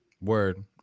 word